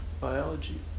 biology